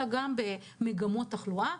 אלא גם במגמות התחלואה.